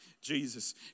Jesus